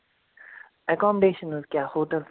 accommodation حظ کیٛاہ hotel